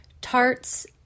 tarts